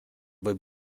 võib